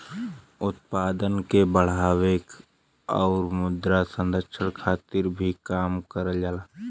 उत्पादन के बढ़ावे आउर मृदा संरक्षण खातिर भी काम करल जाला